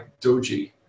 Doji